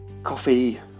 coffee